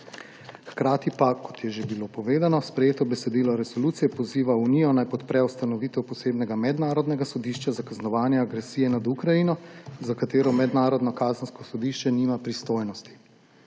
Hkrati pa, kot je bilo že povedano, sprejeto besedilo resolucije poziva Unijo, naj podpre ustanovitev posebnega mednarodnega sodišča za kaznovanje agresije nad Ukrajino, za katero mednarodno kazensko sodišče nima pristojnosti.